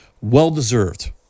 Well-deserved